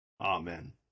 Amen